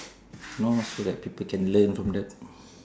know after that people can learn from that